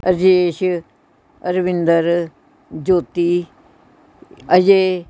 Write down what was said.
Rajesh Arvinder Jyoti Ajay